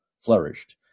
flourished